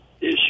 issue